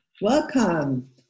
Welcome